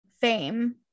fame